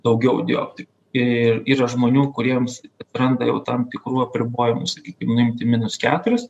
daugiau dioptrijų ir yra žmonių kuriems randa jau tam tikrų apribojimų sakykim nuimti minus keturis